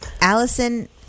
Allison